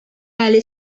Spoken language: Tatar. әле